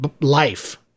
life